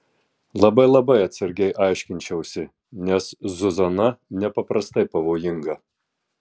labai labai atsargiai aiškinčiausi nes zuzana nepaprastai pavojinga